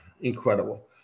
incredible